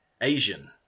Asian